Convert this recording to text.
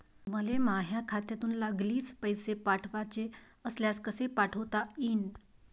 मले माह्या खात्यातून लागलीच पैसे पाठवाचे असल्यास कसे पाठोता यीन?